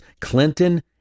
Clinton